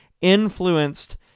influenced